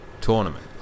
tournament